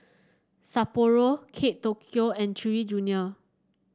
Sapporo Kate Tokyo and Chewy Junior